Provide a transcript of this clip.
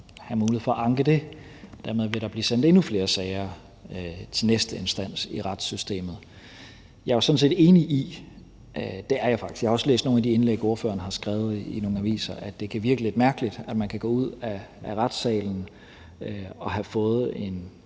have mulighed for at anke det. Dermed vil der blive sendt endnu flere sager til næste instans i retssystemet. Jeg er sådan set enig i – jeg har også læst nogle af de indlæg, ordføreren har skrevet i nogle aviser – at det kan virke lidt mærkeligt, at man kan gå ud af retssalen og have fået en